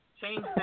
change